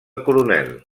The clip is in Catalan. coronel